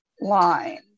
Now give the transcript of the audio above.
lines